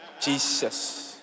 Jesus